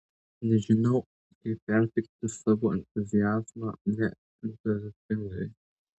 nežinau kaip perteikti savo entuziazmą neentuziastingai